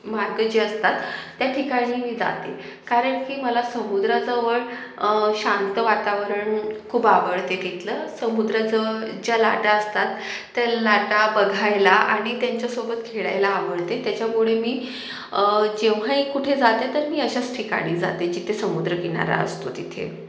मार्ग जे असतात त्या ठिकाणी मी जाते कारण की मला समुद्राजवळ शांत वातावरण खूप आवडते तिथलं समुद्राचं ज्या लाटा असतात त्या लाटा बघायला आणि त्यांच्यासोबत खेळायला आवडते त्याच्यामुळे मी जेव्हाही कुठे जाते तर मी अशास ठिकाणी जाते जिथे समुद्रकिनारा असतो तिथे